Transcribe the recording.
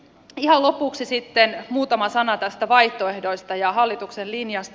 ihan lopuksi sitten muutama sana näistä vaihtoehdoista ja hallituksen linjasta